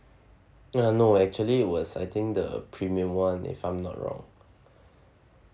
uh no actually was I think the premium one if I'm not wrong